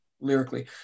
lyrically